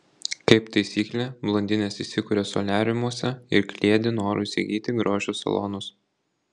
kaip taisyklė blondinės įsikuria soliariumuose ir kliedi noru įsigyti grožio salonus